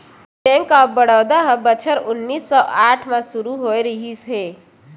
bank of Baroda ह बछर उन्नीस सौ आठ म सुरू होए रिहिस हे